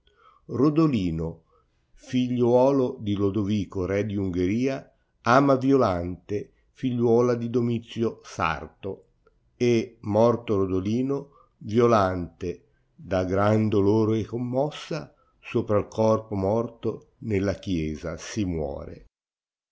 liodoliko figliuolo di lodovico re di ungheria ama violante figliuola di domizio sarto e morto rodolino violante da gran dolor commossa sopra il corpo morto nella chiesa si muore